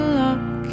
lock